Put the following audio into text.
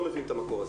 לא נביא את המקור הזה.